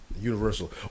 Universal